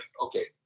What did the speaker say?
okay